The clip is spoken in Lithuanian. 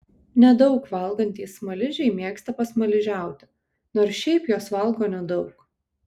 nedaug valgantys smaližiai mėgsta pasmaližiauti nors šiaip jos valgo nedaug